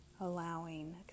Allowing